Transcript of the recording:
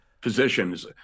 positions